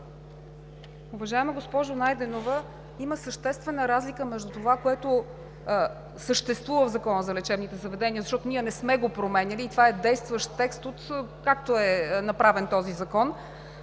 Уважаема госпожо Найденова, има съществена разлика между това, което съществува в Закона за лечебните заведения, защото ние не сме го променяли и това е действащ текст откакто е направен този закон,